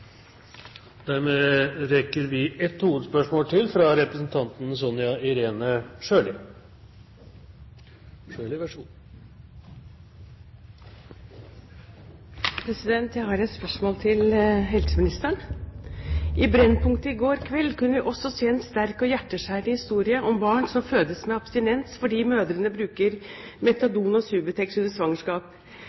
rekker vi et hovedspørsmål til. Jeg har et spørsmål til helseministeren. I Brennpunkt i går kveld kunne vi også se en sterk og hjerteskjærende historie om barn som fødes med abstinens, fordi mødrene bruker metadon og